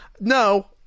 no